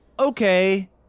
okay